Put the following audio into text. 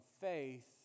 faith